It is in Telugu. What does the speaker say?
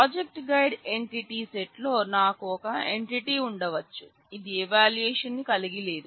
ప్రాజెక్ట్ గైడ్ ఎంటిటీ సెట్ లో నాకు ఒక ఎంటిటీ ఉండవచ్చు ఇది ఎవాల్యూయేషన్ ను కలిగి లేదు